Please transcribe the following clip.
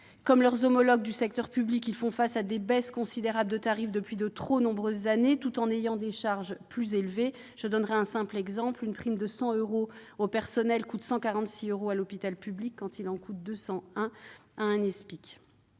Comme leurs homologues du secteur public, ils font face à des baisses considérables de tarifs depuis de trop nombreuses années, tout en supportant des charges plus élevées : par exemple, une prime de 100 euros au personnel coûte 146 euros à l'hôpital public, contre 201 euros